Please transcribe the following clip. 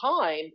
time